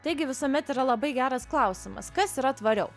taigi visuomet yra labai geras klausimas kas yra tvariau